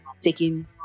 taking